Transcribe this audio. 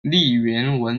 原文